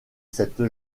cette